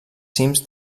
cims